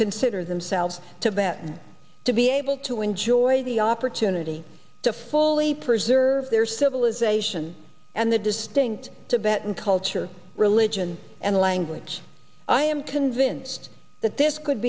consider themselves to batten to be able to enjoy the opportunity to fully preserve their civilization and the distinct tibet and culture religion and language i am convinced that this could